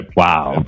wow